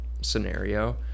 scenario